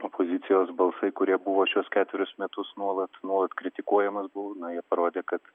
opozicijos balsai kurie buvo šiuos ketverius metus nuolat nuolat kritikuojamas buvau na jie parodė kad